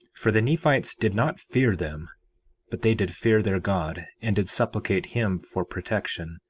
for the nephites did not fear them but they did fear their god and did supplicate him for protection